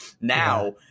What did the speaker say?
Now